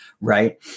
right